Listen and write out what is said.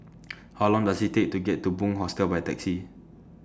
How Long Does IT Take to get to Bunc Hostel By Taxi